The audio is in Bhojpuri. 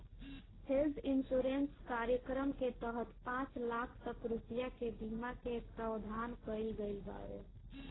हेल्थ इंश्योरेंस कार्यक्रम के तहत पांच लाख तक रुपिया के बीमा के प्रावधान कईल गईल बावे